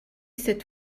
cette